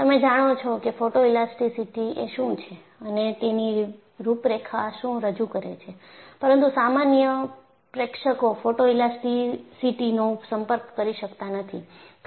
તમે જાણો છો કે ફોટોઇલાસ્ટીસીટી એ શું છે અને તેની રૂપરેખા શું રજૂ કરે છે પરંતુ સામાન્ય પ્રેક્ષકો ફોટોઇલાસ્ટીસીટીનો સંપર્ક કરી શકતા નથી